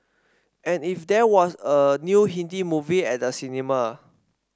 and if there was a new Hindi movie at the cinema